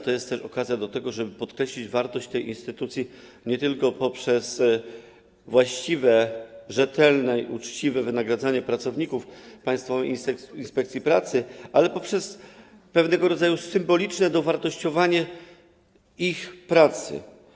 To jest też okazja do tego, żeby podkreślić wartość tej instytucji nie tylko poprzez właściwe, rzetelne i uczciwe wynagradzanie pracowników Państwowej Inspekcji Pracy, ale poprzez pewnego rodzaju symboliczne dowartościowanie ich pracy.